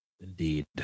indeed